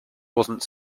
wasn’t